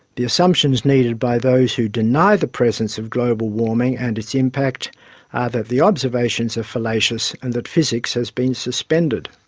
the assumptions needed by those who deny the presence of global warming and its impact are that the observations are fallacious and that physics has been suspended.